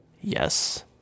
Yes